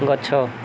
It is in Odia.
ଗଛ